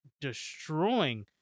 destroying